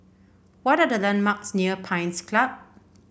what are the landmarks near Pines Club